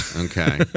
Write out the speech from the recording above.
Okay